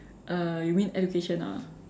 uh you mean education ah